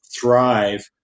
thrive